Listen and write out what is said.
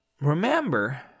remember